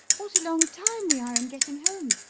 what a long time we are in getting home,